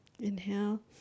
Inhale